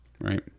right